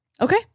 Okay